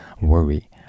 worry